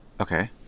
Okay